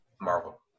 marvel